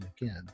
again